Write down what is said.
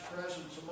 presence